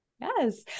Yes